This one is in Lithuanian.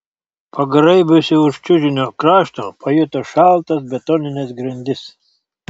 pagraibiusi už čiužinio krašto pajuto šaltas betonines grindis